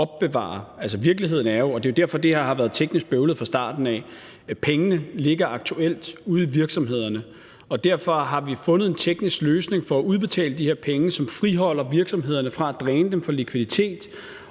opbevarer. Virkeligheden er jo – og det er derfor, at det her har været teknisk bøvlet fra starten af – at pengene aktuelt ligger ude i virksomhederne. Derfor har vi fundet en teknisk løsning for at udbetale de her penge, som friholder virksomhederne fra at blive drænet for likviditet